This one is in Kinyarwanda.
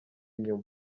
inyuma